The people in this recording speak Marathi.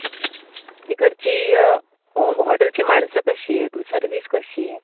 अच्छा तिकडची हॉ हॉटेलची माणसं कशी आहे सर्विस कशी आहे